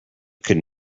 could